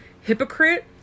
hypocrite